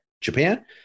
Japan